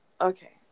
Okay